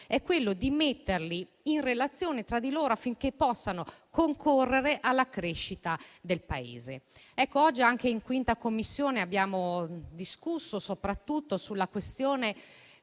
è di metterli in relazione tra di loro, affinché possano concorrere alla crescita del Paese. Oggi anche in 5a Commissione abbiamo discusso soprattutto del perché